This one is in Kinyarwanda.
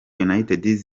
united